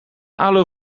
aloë